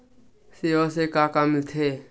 सेवा से का का मिलथे?